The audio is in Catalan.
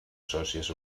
sòcies